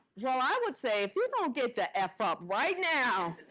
well, i would say, if you don't get the f up right now,